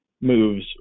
moves